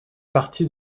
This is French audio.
partie